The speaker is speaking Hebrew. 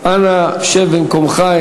אנא שב במקומך,